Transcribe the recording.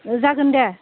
जागोन दे